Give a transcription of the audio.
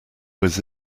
was